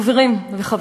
חברים, חברות,